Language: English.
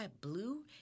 blue